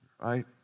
Right